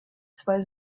zwei